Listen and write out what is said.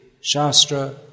Shastra